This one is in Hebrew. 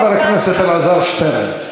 חבר הכנסת אלעזר שטרן.